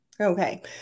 Okay